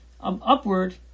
upward